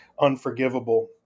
unforgivable